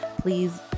please